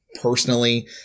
personally